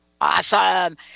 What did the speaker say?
Awesome